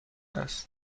است